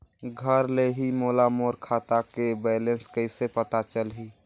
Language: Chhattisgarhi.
घर ले ही मोला मोर खाता के बैलेंस कइसे पता चलही?